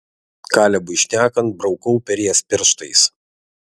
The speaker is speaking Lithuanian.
kalebui šnekant braukau per jas pirštais